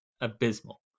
abysmal